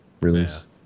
release